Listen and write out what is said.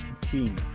team